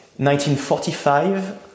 1945